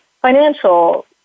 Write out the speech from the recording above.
financial